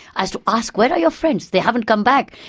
i used to ask, where are your friends, they haven't come back',